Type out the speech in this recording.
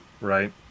right